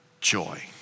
Joy